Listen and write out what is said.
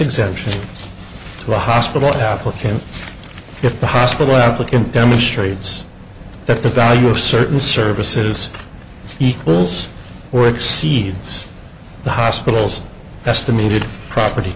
exemption to a hospital applicant if the hospital applicant demonstrates that the value of certain services equals or exceeds the hospital's estimated property